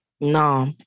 No